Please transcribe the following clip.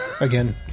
Again